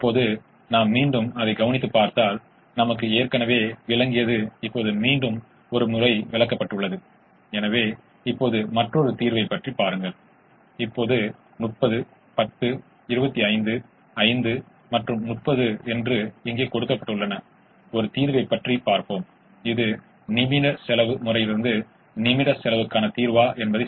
எனவே நான் முயற்சி செய்கிறேன் 65 இப்போது திரும்பிச் சென்று 6x3 18 5x4 20 என்பது 38 அதாவது 10 6x3 18 5x3 15 33 9